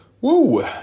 Woo